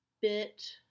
bit